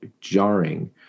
jarring